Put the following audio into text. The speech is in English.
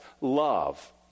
love